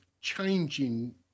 changing